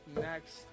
next